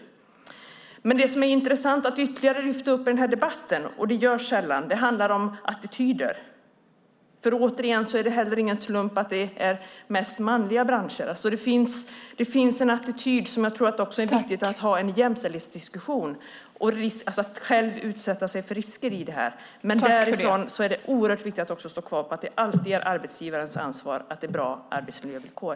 Ytterligare en sak som är intressant att lyfta upp i den här debatten, och det görs sällan, handlar om attityder. Det är ingen slump att det mest handlar om manliga branscher. Det finns en attityd här, och jag tror att det är viktigt att ha en jämställdhetsdiskussion när det gäller att själv utsätta sig för risker. Men det är oerhört viktigt att säga att det alltid är arbetsgivarens ansvar att det är bra arbetsmiljövillkor.